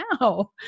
now